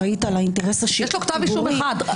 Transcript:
אחראית על האינטרס הציבורי --- יש לו כתב אישום אחד.